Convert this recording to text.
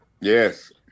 Yes